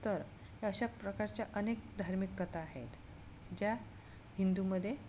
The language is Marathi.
तर अशा प्रकारच्या अनेक धार्मिक कथा आहेत ज्या हिंदूमध्ये